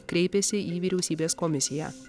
kreipėsi į vyriausybės komisiją